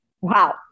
Wow